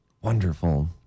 Wonderful